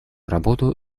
работу